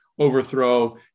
Overthrow